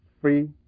free